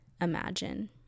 imagine